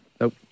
Nope